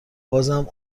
عذر